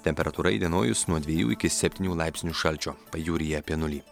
temperatūra įdienojus nuo dviejų iki septynių laipsnių šalčio pajūryje apie nulį